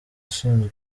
ushinzwe